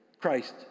Christ